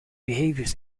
behaviors